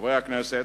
חברי הכנסת,